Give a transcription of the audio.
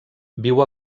viu